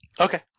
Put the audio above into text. Okay